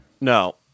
No